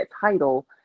title